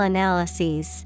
Analyses